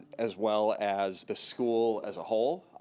as well as the school as a whole.